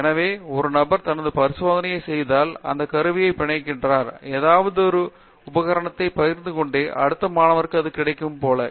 எனவே ஒரு நபர் தனது பரிசோதனையைச் செய்தால் அந்த கருவியைப் பிணைக்கிறார் அதாவது அந்த உபகரணத்தை பகிர்ந்து கொண்ட அடுத்த மாணவருக்கு அது கிடைக்காதது போல